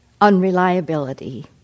Unreliability